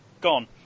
gone